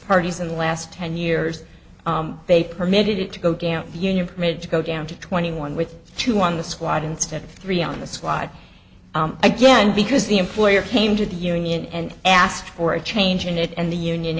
parties in the last ten years they permitted it to go down union permitted to go down to twenty one with two on the squad instead of three on the slide again because the employer came to the union and asked for a change in it and the union